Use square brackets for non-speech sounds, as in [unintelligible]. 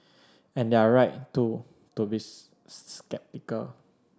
and they're right too to be [unintelligible] sceptical